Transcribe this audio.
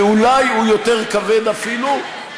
ואולי הוא יותר כבד אפילו,